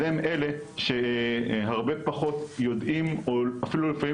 אז הם אלה שהרבה פחות יודעים או אפילו לפעמים